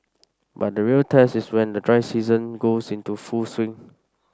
but the real test is when the dry season goes into full swing